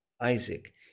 Isaac